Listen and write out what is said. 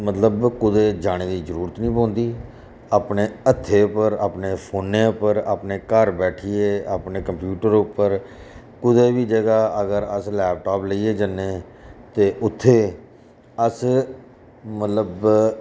मतलब कुदै जाने दी जरूरत निं पौंदी अपने हत्थें उप्पर अपने फोनें उप्पर अपने घर बैठियै अपने कम्पयूटर उप्पर कुदै बी जगह् अगर अस लैपटाप लेइयै जन्ने ते उत्थै अस मतलब